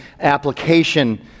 application